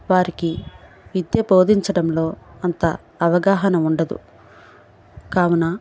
వారికి విద్య బోధించడంలో అంత అవగాహన ఉండదు కావున